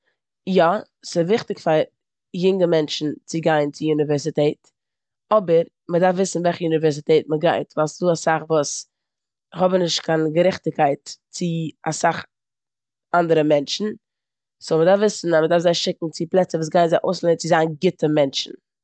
יא, ס'וויכטיג פאר אינגע מענטשן צו גיין צו אוניווערזיטעט אבער מ'דארף וויסן וועלכע אוניווערזיטעט אבער מ'דארף וויסן וועלכע יוניווערסיטעט מ'גייט ווייל ס'דא אסאך וואס האבן נישט קיין גערעכטיגקייט צו אנדערע מענטשן. סאו מ'דארף וויסן אז מ'דארף זיי שיקן צו פלעצער וואס גייען זיי אויסלערנען צו זיין גוטע מענטשן.